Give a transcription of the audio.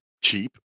cheap